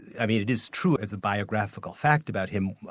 i mean it is true as a biographical fact about him,